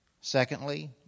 Secondly